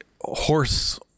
horse